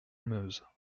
meuse